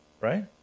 right